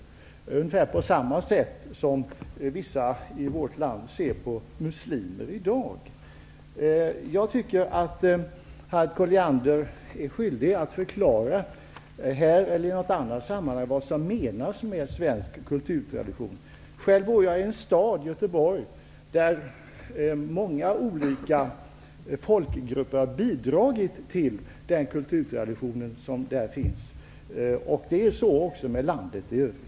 Det var på ungefär samma sätt som vissa i vårt land ser på muslimer i dag. Jag tycker att Harriet Colliander är skyldig att förklara, här eller i något annat sammanhang, vad som menas med svensk kulturtradition. Själv bor jag i en stad, Göteborg, där många olika folkgrupper har bidragit till den kulturtradition som finns. Det är så också med landet i övrigt.